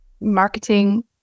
marketing